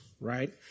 right